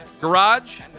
garage